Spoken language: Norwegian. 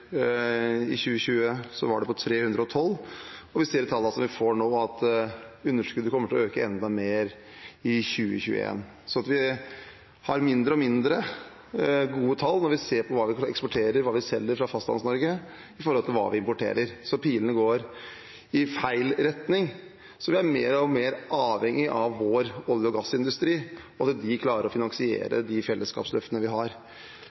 I 2020 var det på 312 mrd. kr. Vi ser av de tallene som vi får nå, at underskuddet kommer til å øke enda mer i 2021. Vi har mindre og mindre gode tall når vi ser på hva vi eksporterer, hva vi selger fra Fastlands-Norge, i forhold til hva vi importerer. Pilene går i feil retning, og vi er mer og mer avhengig av at vår olje- og gassindustri klarer å finansiere de fellesskapsløftene vi har.